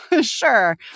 sure